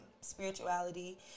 spirituality